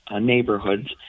neighborhoods